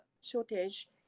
shortage